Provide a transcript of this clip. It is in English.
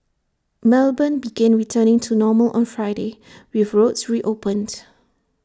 melbourne began returning to normal on Friday with roads reopened